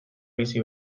bizi